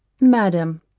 madam,